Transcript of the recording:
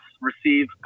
receive